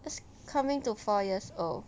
that's coming to four years old